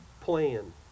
plan